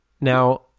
Now